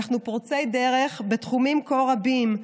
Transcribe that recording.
אנחנו פורצי דרך בתחומים כה רבים,